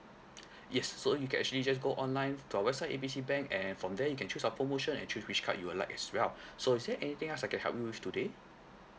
yes so you can actually just go online to our website A B C bank and from there you can choose our promotion and choose which card you would like as well so is there anything else I can help you with today